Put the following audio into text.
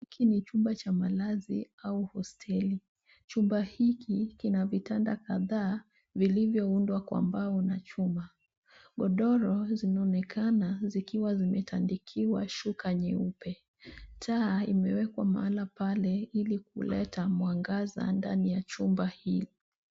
Hiki ni chumba cha malazi au hosteli. Chumba hiki kina vitanda kadhaa vilivyoundwa kwa mbao na chuma. Godoro zinaonekana zikiwa zimetandikiwa shuka nyeupe. Taa imewekwa mahala pale ili kuleta mwangaza ndani ya chumba hii.